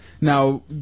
Now